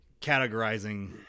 categorizing